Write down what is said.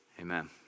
Amen